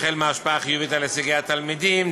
החל בהשפעה חיובית על הישגי התלמידים,